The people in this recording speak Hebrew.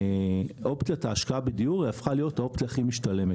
אופציית ההשקעה בדיור הפכה להיות האופציה הכי משתלמת.